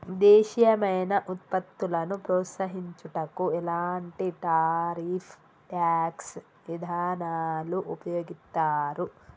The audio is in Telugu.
దేశీయమైన వృత్పత్తులను ప్రోత్సహించుటకు ఎలాంటి టారిఫ్ ట్యాక్స్ ఇదానాలు ఉపయోగిత్తారు